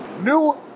New